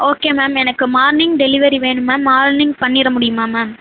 okay ma'am எனக்கு morning delivery வேணும் ma'am morning பண்ணிற முடியுமா மேம்